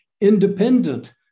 independent